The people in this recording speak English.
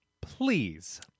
please